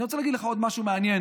אני רוצה להגיד לך עוד משהו מעניין.